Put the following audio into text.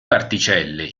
particelle